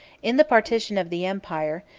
in the partition of the empire,